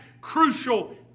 crucial